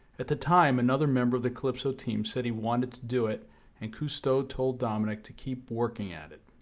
at the time another member of the calypso team said he wanted to do it and cousteau told dominique to keep working at it.